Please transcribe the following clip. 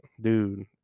dude